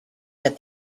that